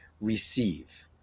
receive